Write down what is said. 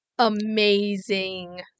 amazing